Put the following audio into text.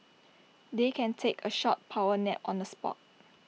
they can take A short power nap on the spot